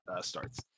starts